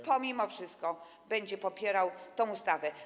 pomimo wszystko będzie popierał tę ustawę.